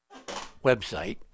website